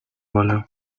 wolle